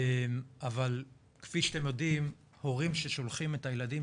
אבל כפי שאתם יודעים הורים ששולחים את הילדים